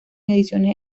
ediciones